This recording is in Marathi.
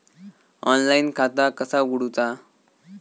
ऑनलाईन खाता कसा उगडूचा?